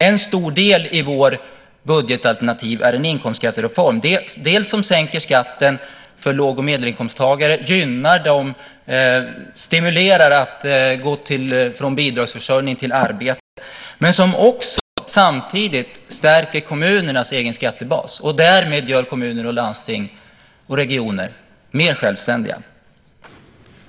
En stor del i vårt budgetalternativ är en inkomstskattereform som dels sänker skatten för låg och medelinkomsttagare och stimulerar att gå från bidragsförsörjning till arbete, dels samtidigt stärker kommunernas egen skattebas och därmed gör kommuner, landsting och regioner mer självständiga.